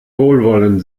wohlwollen